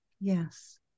Yes